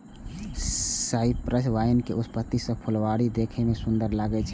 cypress vine के उपस्थिति सं फुलबाड़ी देखै मे सुंदर लागै छै